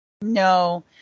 No